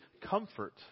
comfort